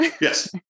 Yes